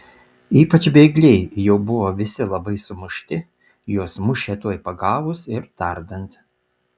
ypač bėgliai jau buvo visi labai sumušti juos mušė tuoj pagavus ir tardant